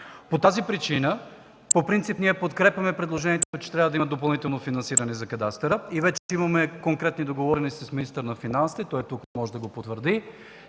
По тази причина по принцип подкрепяме предложението, че трябва да има допълнително финансиране за кадастъра и вече имаме конкретни договорености с министъра на финансите – той е тук, може да го потвърди,